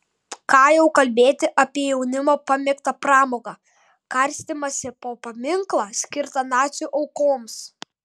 ką jau kalbėti apie jaunimo pamėgtą pramogą karstymąsi po paminklą skirtą nacių aukoms